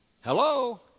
Hello